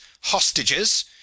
Hostages